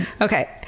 okay